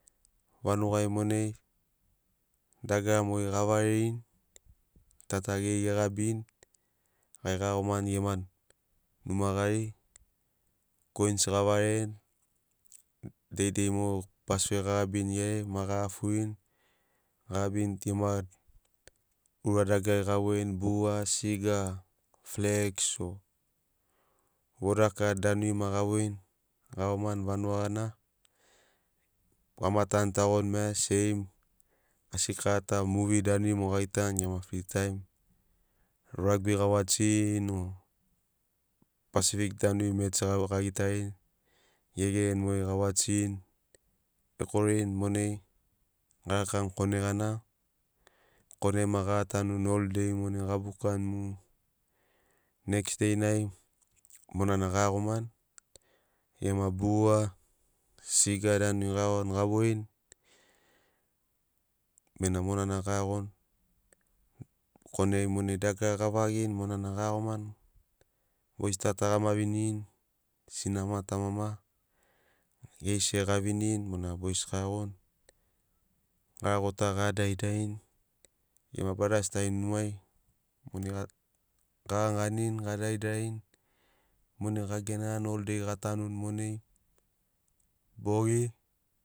Vanugai monai dagara mogeri ga varerini ta ta geri ge gabirini gai ga iagomani gema numa gari koins gavareni deidei mo bas fe ga gabini geri ai ma ga aferini ga gabirini tu gem aura dagarari ga voini bua siga flex o voda kad danuri ma ga voini ga iagomani vanuga gana gama tanu tagoni seim asi karata movi danuri mogo ga gitani gema frit aim ragbi ga watchin o pasifik danuri mech ga gitani ge gegereni mogeri ga watchinini e korini monai ga rakani kone gana. Kone ai ma gatanuni ol dei monai ga bukanimu next dei nai monana ga iagomani gema bua siga danuri ga iagoni ga voini bena monana ga iagoni kone ai monai dagara ga vagini monana ga iagomani bois tata gama vinirini sinama tamama geri share ga vinirini monai bois ga iagoni garagota ga daridarini gema brdas tari numai monai ga gani ganini ga dardarini monai ga gegani ol dei monai ga tanuni monai bogi.